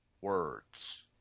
words